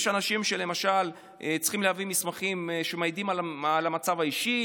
יש אנשים שלמשל צריכים להביא מסמכים שמעידים על המצב האישי,